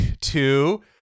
two